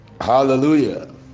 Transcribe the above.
hallelujah